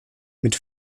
mit